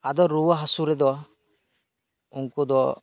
ᱟᱫᱚ ᱨᱩᱭᱟᱹ ᱦᱟᱹᱥᱩ ᱨᱮᱫᱚ ᱩᱱᱠᱩ ᱫᱚ